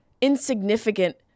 insignificant